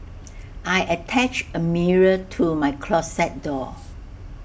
I attached A mirror to my closet door